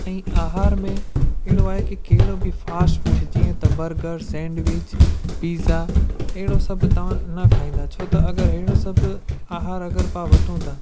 ऐं आहार में अहिड़ो आहे की कहिड़ो बि फास्ट फूड जीअं त बर्गर सैंडविच पिज़्ज़ा अहिड़ो सभु तव्हां न खाईंदा छो त अगरि अहिड़ो सभु आहार अगरि पाण वठूं था